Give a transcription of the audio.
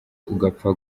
ugapfa